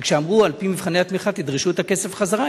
וכשאמרו: על-פי מבחני התמיכה תדרשו את הכסף חזרה,